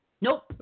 Nope